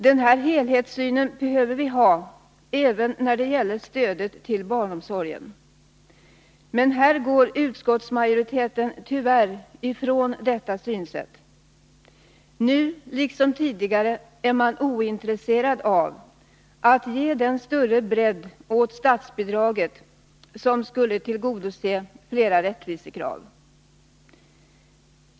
Den helhetssynen behöver vi ha även när det gäller stödet till barnomsorgen. Men här går utskottsmajoriteten tyvärr ifrån detta synsätt. Nu liksom tidigare är man ointresserad av att åstadkomma den större bredd i statsbidraget som skulle tillgodose flera rättvisekrav.